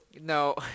No